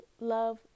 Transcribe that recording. love